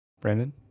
Brandon